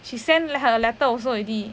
she sent her letter also already